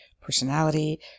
personality